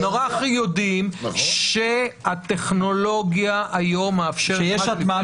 אנחנו יודעים שהטכנולוגיה היום מאפשרת הטמעה,